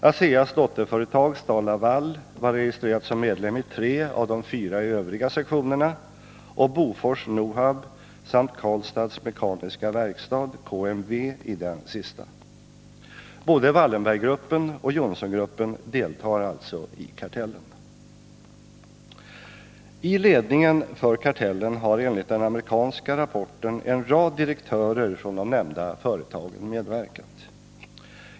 ASEA:s dotterföretag STAL-LAVAL var registrerat som medlem i tre av de fyra övriga sektionerna, och Bofors-Nohab samt Karlstads Mekaniska Werkstads, KMW, i den sista. Både Wallenberggruppen och Johnsongruppen deltar alltså i kartellen. I ledningen för kartellen har enligt den amerikanska rapporten en rad direktörer från de nämnda företagen medverkat.